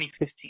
2015